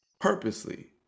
purposely